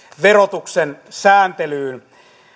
verotuksen sääntelyyn